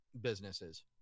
businesses